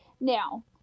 now